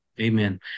amen